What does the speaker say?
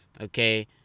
okay